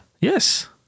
Yes